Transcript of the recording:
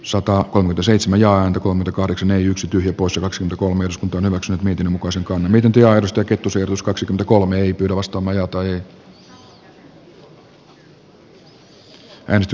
sota on tosin sanojaan kun kahdeksan yksi tyhjä poissa max kolme uskontoa neuvokset miten muka sen koon miten työ aidosta kettus ajatus kaksi kolme suomi tarvitsee suunnanmuutoksen